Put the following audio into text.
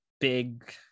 big